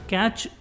catch